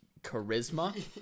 charisma